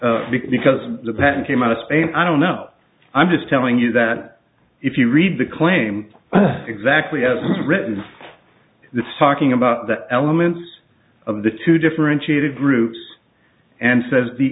because the pattern came out of spain i don't know i'm just telling you that if you read the claim exactly as written the talking about the elements of the two differentiated groups and says the